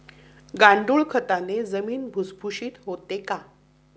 गांडूळ खताने जमीन भुसभुशीत होते का?